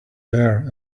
there